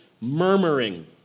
murmuring